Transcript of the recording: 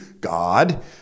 God